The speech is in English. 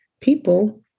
people